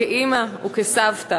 כאימא וכסבתא